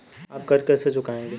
आप कर्ज कैसे चुकाएंगे?